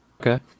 Okay